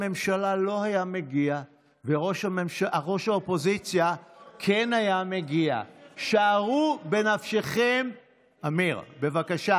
ראש האופוזיציה ישתתף בכל